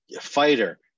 fighter